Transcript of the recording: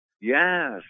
Yes